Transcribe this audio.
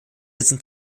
sind